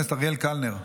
חבר הכנסת אריאל קלנר,